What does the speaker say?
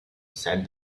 said